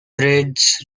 breeds